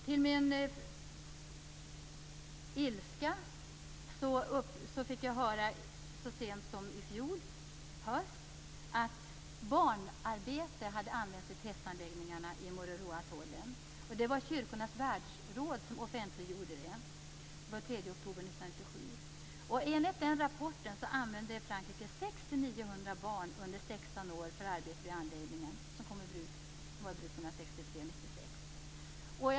Till min ilska fick jag höra så sent som i fjol höst att barnarbete hade använts vid testanläggningarna vid Moruroaatollen. Det var kyrkornas världsråd som offentliggjorde detta den 3 oktober 1997. Enligt den rapporten använde Frankrike 600-900 barn under 16 år för arbete vid anläggningen som var i bruk mellan 1963 och 1996.